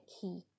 key